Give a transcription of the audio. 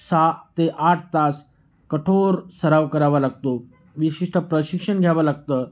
सहा ते आठ तास कठोर सराव करावा लागतो विशिष्ट प्रशिक्षण घ्यावं लागतं